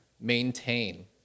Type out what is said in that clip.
maintain